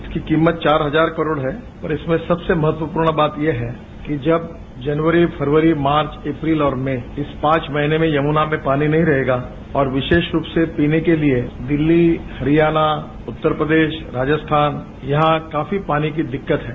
उसकी कीमत चार हजार करोड़ है और इसमें सबसे महत्वपूर्ण बात यह है कि जब जनवरी फरवरी मार्च अप्रैल और मई इन पांच महीने में यमुना में पानी नहीं रहेगा और विशेष रूप से पीने के लिए दिल्ली हरियाणा उत्तर प्रदेश राजस्थान यहां काफी पानी की दिक्कत है